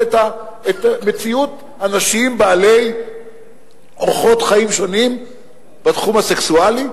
את מציאות אנשים בעלי אורחות חיים שונים בתחום הסקסואלי?